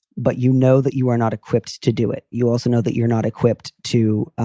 but you know that you are not equipped to do it. you also know that you're not equipped to